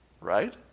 Right